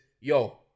yo